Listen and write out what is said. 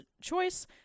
choice